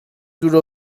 دور